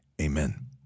Amen